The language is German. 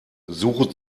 suche